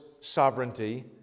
sovereignty